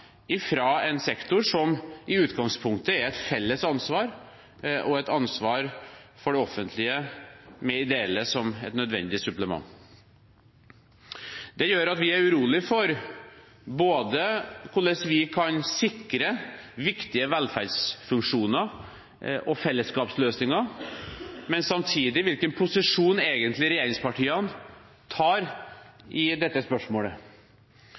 en sektor som i utgangspunktet er et felles ansvar og et ansvar for det offentlige med ideelle som et nødvendig supplement. Det gjør at vi er urolige for hvordan vi kan sikre viktige velferdsfunksjoner og fellesskapsløsninger, men samtidig for hvilken posisjon regjeringspartiene egentlig tar i dette spørsmålet.